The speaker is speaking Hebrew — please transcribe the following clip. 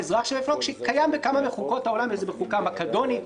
שקיים בכמה מחוקות העולם בחוקה המקדונית,